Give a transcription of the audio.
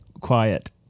quiet